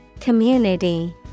Community